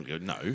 No